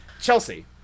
Chelsea